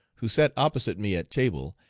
who sat opposite me at table,